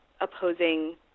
opposing